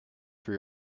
for